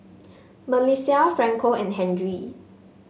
MelissiA Franco and Henry